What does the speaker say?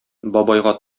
бабайга